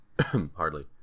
Hardly